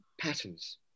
patterns